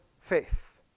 faith